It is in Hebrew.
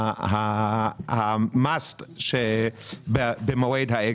המס במועד האקזיט.